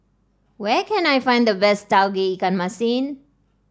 where can I find the best Tauge Ikan Masin